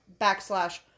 backslash